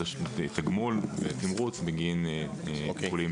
מקבלות תגמול ותמרוץ בגין טיפולים